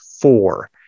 four